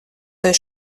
той